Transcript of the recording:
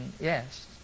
Yes